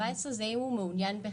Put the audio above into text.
אם הוא מעוניין בכך.